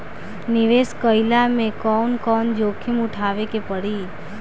निवेस कईला मे कउन कउन जोखिम उठावे के परि?